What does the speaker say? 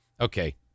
Okay